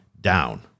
down